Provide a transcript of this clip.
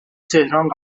تهران